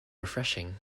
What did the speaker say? refreshing